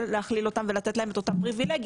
להכליל אותם ולתת להם את אותה פריבילגיה,